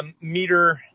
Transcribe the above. meter